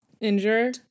injure